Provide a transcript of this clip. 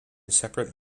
separate